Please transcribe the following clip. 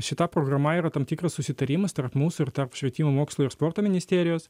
šita programa yra tam tikras susitarimas tarp mūsų ir tarp švietimo mokslo ir sporto ministerijos